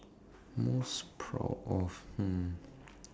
most proud of um